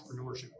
Entrepreneurship